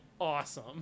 awesome